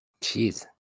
Jeez